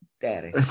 daddy